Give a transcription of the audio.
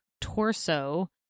torso